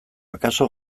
akaso